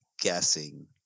guessing